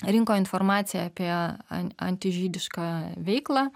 rinko informaciją apie a antižydišką veiklą